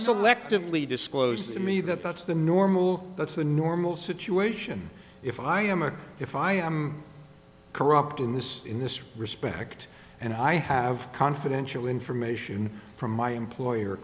selectively disclose to me that that's the normal that's the normal situation if i am a if i am corrupt in this in this respect and i have confidential information from my employer